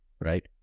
right